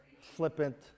flippant